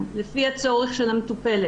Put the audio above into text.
לכל סתימה הכי פשוטה,